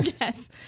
Yes